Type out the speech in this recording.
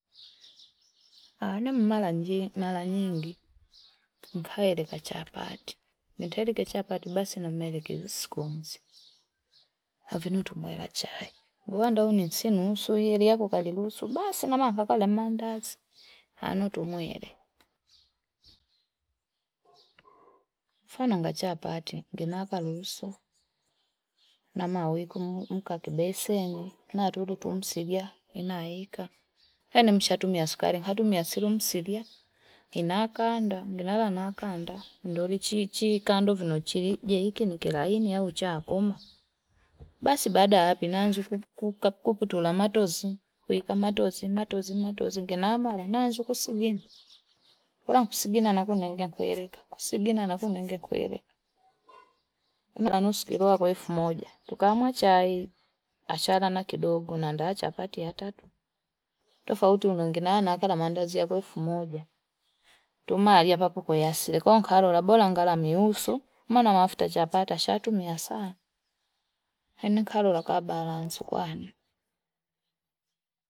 Amni mala nje mala nyingi nkaheleka kachapati ntaelike chapati basi skonzi navitumwela na chai, uwanda nsunuusu wela weli yako kaliluusu basi na mafo kali maandazi anautu mwele. Mfano ngachapati ngena kaluusu namaweku mkakibeseninalu tumsuvya inayika yan nsahtumia sukari hatumia simu msiria inakandwa inara nakanda ndori chichi chi kando nuvo chi je hiki ni kilanini au cha kuma basi baada ya hapi naazi kuputola manzi, kuputola matozi, kweika matozi matozi matozi ngenamara namara nanji kusuia nla kusigina nako na kweleka kusigina nagu kueleka. sikirua kwe elfu moja. Tukamwa chai achala nakidogu na nda achapati ya tatu. Tufa uti unungina na akala mandazi ya elfu moja. Tumari ya papo kwa yasi. Lekon karura bola ngala miusu, mana mafuta achapata. Shatu miasa. Hini karura kwa balansu kwani.